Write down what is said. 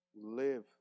Live